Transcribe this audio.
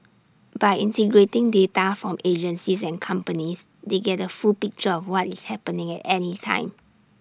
by integrating data from agencies and companies they get A full picture of what is happening at any time